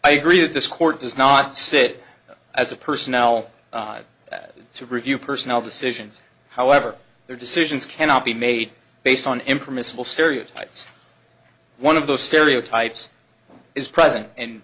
i agree that this court does not sit as a personnel to review personnel decisions however their decisions cannot be made based on impermissible stereotypes one of those stereotypes is present and